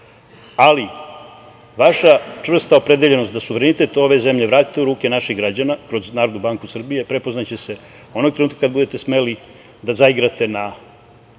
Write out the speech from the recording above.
vaša čvrsta opredeljenost da suverenitet ove zemlje vratite u ruke naših građana kroz Narodnu banku Srbije, prepoznaće se onog trenutka kada budete smeli da zaigrate na